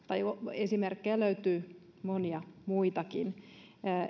esimerkkejä löytyy monia muitakin